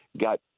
got